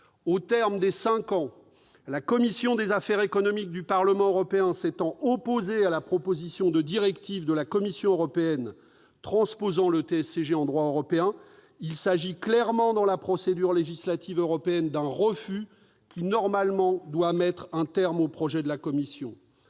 Au terme des cinq ans, la commission des affaires économiques du Parlement européen s'est opposée à la proposition de directive de la Commission européenne transposant le TSCG en droit européen ; il s'agit clairement, dans la procédure législative européenne, d'un refus, qui, normalement, doit mettre un terme au projet de la Commission.